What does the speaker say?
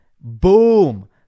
Boom